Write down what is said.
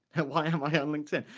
why am i on linkedin?